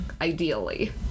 ideally